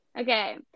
Okay